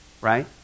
right